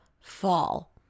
fall